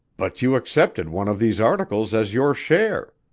but you accepted one of these articles as your share.